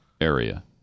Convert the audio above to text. area